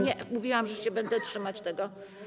Nie, mówiłam, że się będę trzymać tego.